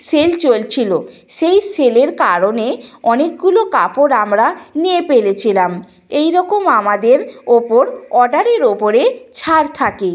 sell চলছিল সেই সেলের কারণে অনেকগুলো কাপড় আমরা নিয়ে ফেলেছিলাম এই রকম আমাদের ওপর অর্ডারের ওপরে ছাড় থাকে